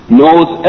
knows